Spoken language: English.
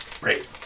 Great